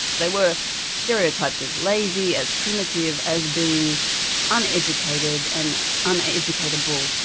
they were stereotyped as lazy, as primitive, as being uneducated and uneducable.